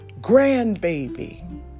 grandbaby